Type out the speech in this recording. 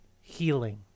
healing